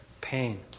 pain